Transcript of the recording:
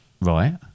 Right